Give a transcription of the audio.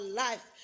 life